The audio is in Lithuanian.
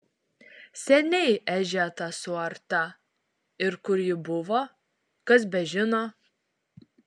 seniai ežia ta suarta ir kur ji buvo kas bežino